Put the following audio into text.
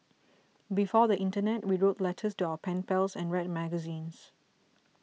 before the internet we wrote letters to our pen pals and read magazines